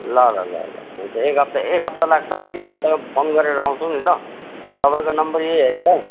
ल ल ल हुन्छ एक हप्ता एक हप्ता लाग्छ होला कि फोन गरेर आउछौँ नि ल तपाईँको नम्बर यही होइन त